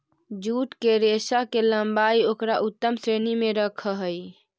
jute के रेशा के लम्बाई उकरा उत्तम श्रेणी में रखऽ हई